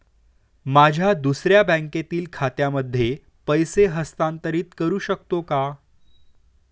माझ्या दुसऱ्या बँकेतील खात्यामध्ये पैसे हस्तांतरित करू शकतो का?